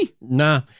Nah